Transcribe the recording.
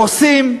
הורסים,